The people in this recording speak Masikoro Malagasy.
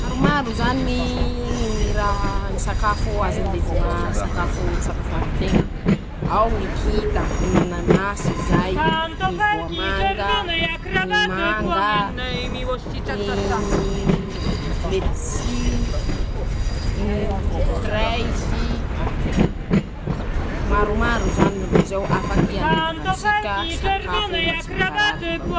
Maromaro zany ñy raha ñy sakafo azo an-devoña aa sakafo sakafoanin-. teña: -Ao ñy kida. ,ñy mananasy zay ,ñy voamanga ,ñy manga, mmm letisy ,ñiiy frezy ,maromaro zany rozy ao afaky andevonatsika sakafo mba tsy mamparary ñy vavony.